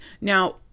Now